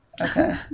Okay